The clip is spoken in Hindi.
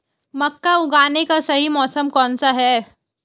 मक्का उगाने का सही मौसम कौनसा है?